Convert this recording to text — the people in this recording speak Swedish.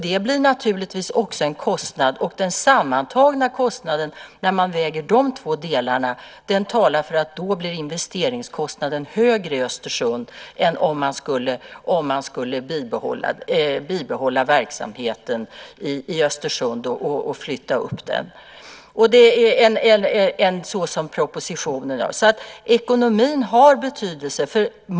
Det medför naturligtvis också en kostnad, och den sammantagna investeringskostnaden blir högre i Östersund än om man skulle bibehålla verksamheten i Halmstad. Ekonomin har betydelse.